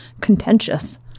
contentious